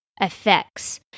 effects